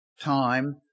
time